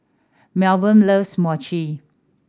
Milburn loves Mochi